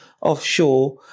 offshore